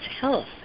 health